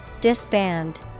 Disband